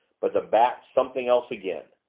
but the bat's something else again.